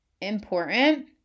important